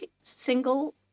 single